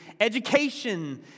education